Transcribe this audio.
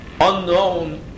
unknown